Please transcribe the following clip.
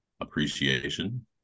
appreciation